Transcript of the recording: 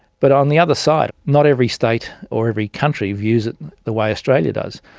but on the other side, not every state or every country views it the way australia does.